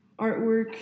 artwork